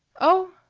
oh!